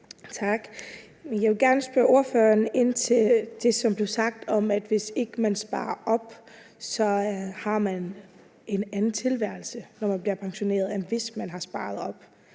Tak. Jeg vil gerne spørge ordføreren ind til det, som blev sagt, om, at hvis ikke man sparer op, har man en anden tilværelse, når man bliver pensioneret, end hvis man har sparet op.